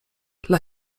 dla